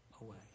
away